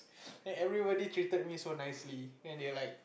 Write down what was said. then everybody treated me so nicely then they were like